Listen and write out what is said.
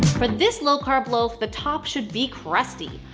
for this low-carb loaf, the top should be crusty.